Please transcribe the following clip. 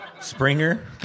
Springer